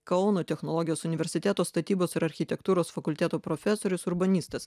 kauno technologijos universiteto statybos ir architektūros fakulteto profesorius urbanistas